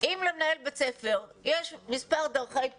אם למנהל בית ספר יש מספר דרכי פעולה,